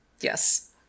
yes